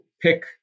pick